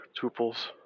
tuples